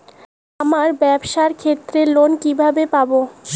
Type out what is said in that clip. আমার ব্যবসার ক্ষেত্রে লোন কিভাবে পাব?